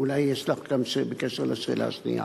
אולי יש לך גם בקשר לשאלה השנייה.